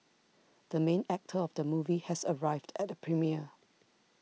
the main actor of the movie has arrived at the premiere